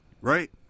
Right